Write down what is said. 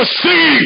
see